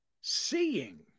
seeing